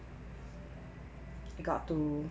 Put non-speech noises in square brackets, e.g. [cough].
[noise] you got to